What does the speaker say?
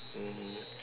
mm